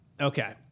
Okay